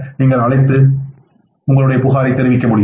நீங்கள் அந்த எண்ணை அழைக்கலாம்